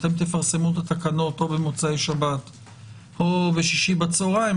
אתם תפרסמו את התקנות או במוצאי או בשישי בצוהריים,